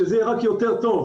שזה יהיה רק יותר טוב.